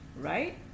right